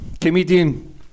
comedian